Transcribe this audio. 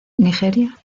nigeria